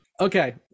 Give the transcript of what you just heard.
Okay